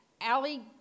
Allie